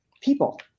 people